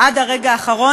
עד הרגע האחרון.